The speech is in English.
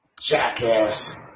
Jackass